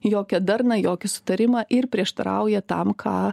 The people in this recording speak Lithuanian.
jokią darna jokį sutarimą ir prieštarauja tam ką